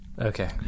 okay